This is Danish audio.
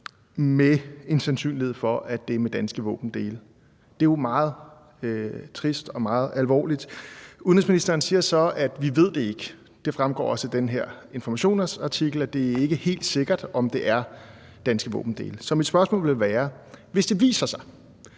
med en sandsynlighed for, at det er med danske våbendele. Det er jo meget trist og meget alvorligt. Udenrigsministeren siger så, at vi ikke ved det. Det fremgår også af den her Informationsartikel, at det ikke er helt sikkert, om det er danske våbendele. Så mit spørgsmål vil være: Hvis det viser sig,